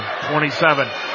27